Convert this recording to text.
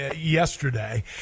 yesterday